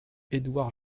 edouard